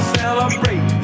celebrate